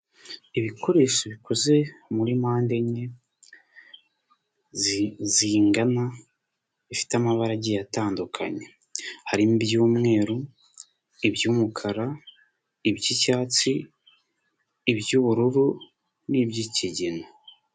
Ibikoresho bikoze muri mpande enye zingana bifite amabara agiye atandukanye harimo iby'umweru, iby'umukara, iby'icyatsi, iby'ubururu n'iby'ikigina.